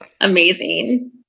amazing